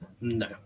No